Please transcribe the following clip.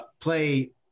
play